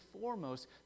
foremost